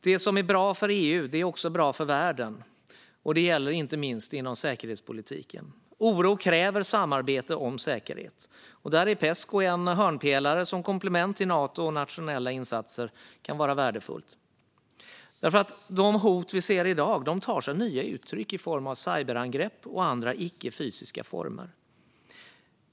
Det som är bra för EU är också bra för världen. Detta gäller inte minst inom säkerhetspolitiken. Oro kräver samarbete om säkerhet. Där är Pesco en hörnpelare som komplement till Nato och nationella insatser. Detta kan vara värdefullt. De hot vi ser i dag tar sig nya uttryck i form av cyberangrepp och andra icke fysiska former.